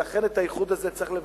ולכן את האיחוד הזה צריך לבטל.